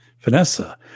vanessa